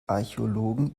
archäologen